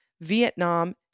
Vietnam